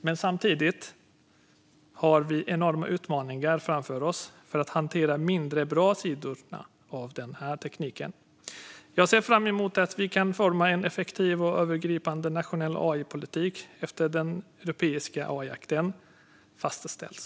Men samtidigt har vi enorma utmaningar framför oss för att hantera de mindre bra sidorna av denna teknik. Jag ser fram emot att vi kan forma en effektiv och övergripande nationell AI-politik efter att den europeiska AI-akten fastställts.